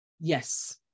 Yes